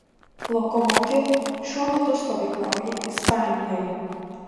lokomotiv šiuo metu stovyklauja ispanijoje